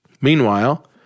Meanwhile